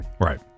Right